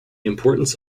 importance